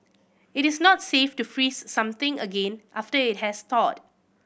it is not safe to freeze something again after it has thawed